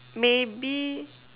maybe